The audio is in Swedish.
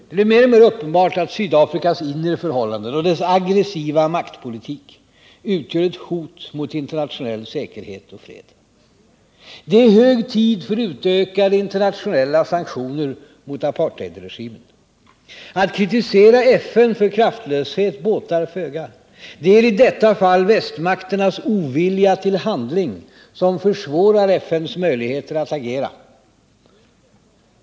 Det blir mer och mer uppenbart att Sydafrikas inre förhållanden och dess agressiva maktpolitik utgör ett hot mot internationell säkerhet och fred. Det är hög tid för utökade internationella sanktioner mot apartheidregimen. Att kritisera FN för kraftlöshet båtar föga. Det är i detta fall västmakternas ovilja till handling som försvårar FN:s möjligheter att agera.